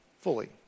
fully